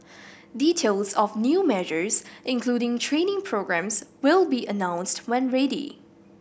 details of new measures including training programmes will be announced when ready